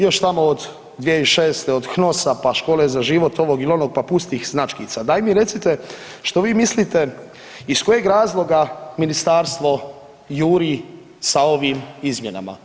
Još tamo od 2006. od HNOS-a pa Škole za život ovog ili onog pa pustih značkica daj mi recite što vi mislite iz kojeg razloga ministarstvo juri sa ovim izmjenama.